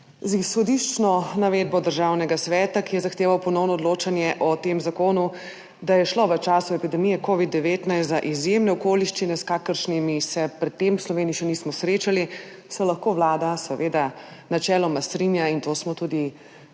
Z izhodiščno navedbo Državnega sveta, ki je zahteval ponovno odločanje o tem zakonu, da je šlo v času epidemije covida-19 za izjemne okoliščine, s kakršnimi se pred tem v Sloveniji še nismo srečali, se lahko Vlada seveda načeloma strinja in to smo tudi